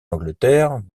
angleterre